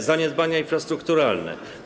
Są zaniedbania infrastrukturalne.